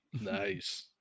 Nice